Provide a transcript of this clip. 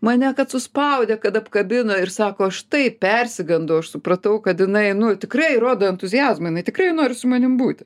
mane kad suspaudė kad apkabino ir sako aš taip persigandau aš supratau kad jinai nu tikrai rodo entuziazmą jinai tikrai nori su manim būti